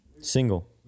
Single